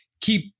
keep